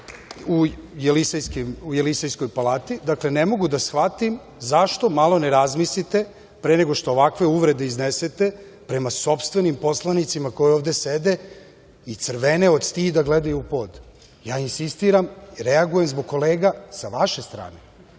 u Jelisejskoj palati. Dakle, ne mogu da shvatim zašto malo ne razmislite pre nego što ovakve uvrede iznesete prema sopstvenim poslanicima koji ovde sede i crvene od stida i gledaju u pod. Insistiram i reagujem zbog kolega sa vaše strane.